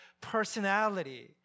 personality